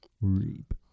Reap